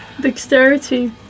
dexterity